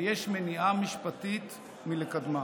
ויש מניעה משפטית לקדמה.